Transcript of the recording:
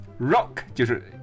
Rock就是